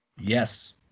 Yes